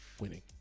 Winning